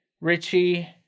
Richie